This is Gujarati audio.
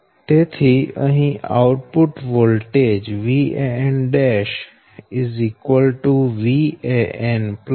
તેથી અહી output voltage Van' Van ΔVan થશે